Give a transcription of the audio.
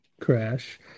Crash